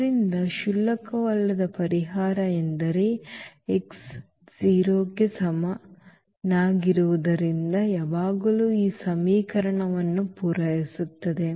ಆದ್ದರಿಂದ ಕ್ಷುಲ್ಲಕವಲ್ಲದ ಪರಿಹಾರ ಎಂದರೆ x 0 ಕ್ಕೆ ಸಮನಾಗಿರುವುದರಿಂದ ಯಾವಾಗಲೂ ಈ ಸಮೀಕರಣವನ್ನು ಪೂರೈಸುತ್ತದೆ